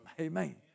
Amen